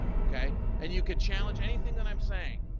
okay? and you could challenge anything that i'm saying.